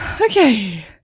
okay